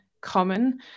common